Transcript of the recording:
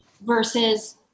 versus